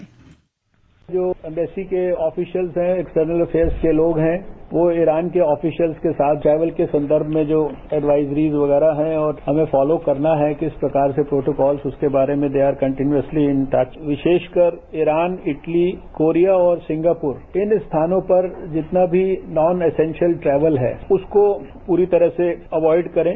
bite जो embassy के officers हैं एक्सटर्नल अफेयर्स के लोग हैं वो ईरान के ऑफीसर्स के साथ ट्रैवल के संदर्भ में जो एडवाइजरी वगैरा हैं और हमें फॉलो करना है कि इस प्रकार के प्रोटोकॉल्स के बारे में कंटीनुअसली इन टच विशेषकर ईरान इटली कोरिया और सिंगापुर इन स्थानों पर जितना भी नॉन एसेंशियल ट्रैवल है उसको पूरी तरह से एवॉइड करें